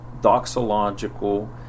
doxological